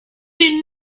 die